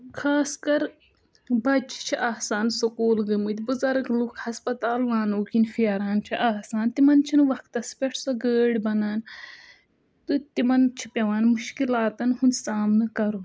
خاص کَر بَچہِ چھِ آسان سکوٗل گٔمٕتۍ بُزَرٕگ لوکھ ہَسپَتال وانو کِنۍ پھیران چھِ آسان تِمَن چھِنہٕ وَقتَس پٮ۪ٹھ سۄ گٲڑۍ بَنان تہٕ تِمَن چھِ پیٚوان مُشکِلاتَن ہُنٛد سامنہٕ کَرُن